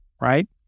right